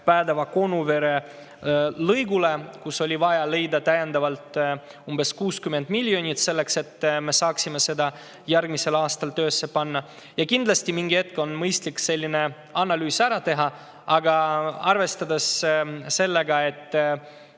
Päädeva-Konuvere lõigule. Oli vaja leida täiendavalt umbes 60 miljonit eurot selleks, et me saaksime selle järgmisel aastal töösse panna. Kindlasti on mingi hetk mõistlik selline analüüs ära teha, aga arvestades sellega